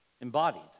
embodied